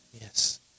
Yes